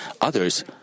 others